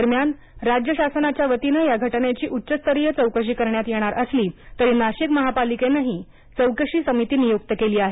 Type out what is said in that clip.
दरम्यान राज्य शासनाच्या वतीन या घटनेची उच्चस्तरीय चौकशी करण्यात येणार असली तरी नाशिक महापालिकेनंही चौकशी समिती नियक्त केली आहे